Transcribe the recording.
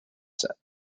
set